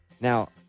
Now